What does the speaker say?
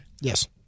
Yes